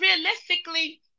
realistically